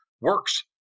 works